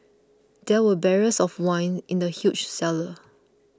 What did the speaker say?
there were barrels of wine in the huge cellar